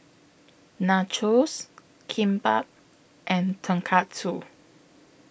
Nachos Kimbap and Tonkatsu